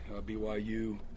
BYU